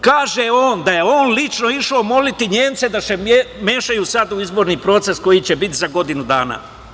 Kaže on da je on lično išao moliti Nemce da se mešaju sada u izborni proces koji će biti za godinu dana.